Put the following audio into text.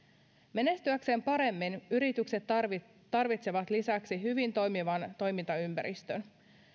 menestyäkseen paremmin yritykset tarvitsevat lisäksi hyvin toimivan toimintaympäristön